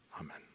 Amen